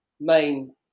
main